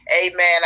Amen